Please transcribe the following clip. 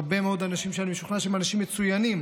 הרבה מאוד אנשים שאני משוכנע שהם אנשים מצוינים,